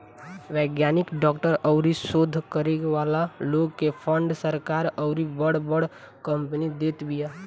वैज्ञानिक, डॉक्टर अउरी शोध करे वाला लोग के फंड सरकार अउरी बड़ बड़ कंपनी देत बिया